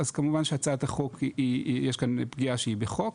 אז כמובן שהצעת החוק יש כאן פגיעה שהיא בחוק,